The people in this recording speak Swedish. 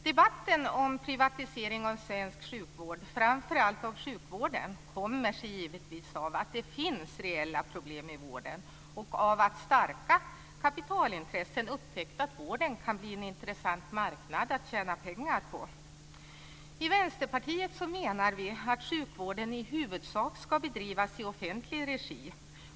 Debatten om privatisering av svensk sjukvård kommer sig givetvis av att det finns reella problem i vården och av att starka kapitalintressen upptäckt att vården kan bli en intressant marknad att tjäna pengar på. Vi i Vänsterpartiet menar att sjukvården i huvudsak ska bedrivas i offentlig regi.